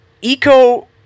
eco